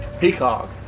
Peacock